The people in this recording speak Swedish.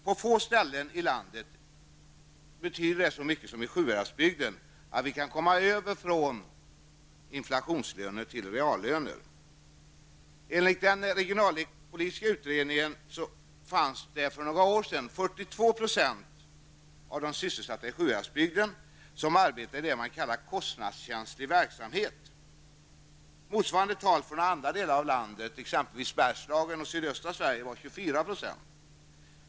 På få ställen i landet betyder det så mycket som i Sjuhäradsbygden att vi kan komma över från inflationslöner till reallöner. Enligt den regionalpolitiska utredningen var det för några år sedan 42 % av de sysselsatta i Sjuhäradsbygden som arbetade i det man kallade kostnadskänslig verksamhet. Motsvarande tal för några andra delar av landet, exempelvis Bergslagen och sydöstra Sverige, var 24 %.